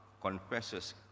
confesses